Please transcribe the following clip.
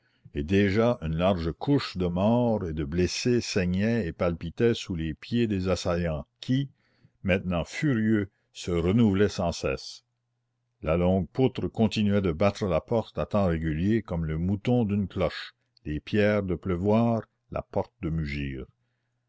et déjà une large couche de morts et de blessés saignait et palpitait sous les pieds des assaillants qui maintenant furieux se renouvelaient sans cesse la longue poutre continuait de battre la porte à temps réguliers comme le mouton d'une cloche les pierres de pleuvoir la porte de mugir